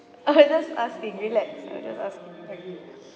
just asking relax I'm just relax okay